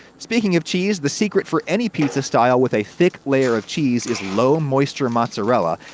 speaking of cheese, the secret for any pizza style with a thick layer of cheese is low-moisture mozzarella,